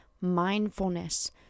mindfulness